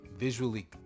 visually